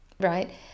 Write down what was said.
right